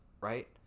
right